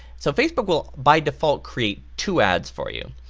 so facebook will, by default, create two ads for you.